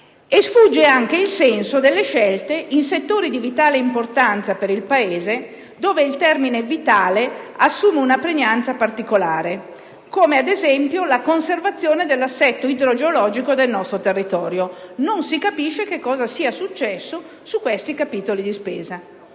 sfugge anche il senso delle scelte in settori di vitale importanza per il Paese (dove il termine vitale assume una pregnanza particolare) come la conservazione dell'assetto idrogeologico del nostro territorio. Non si capisce cosa sia accaduto su questi capitoli di spesa